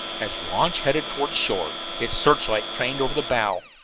as the launch headed toward shore, its searchlight trained over the bow,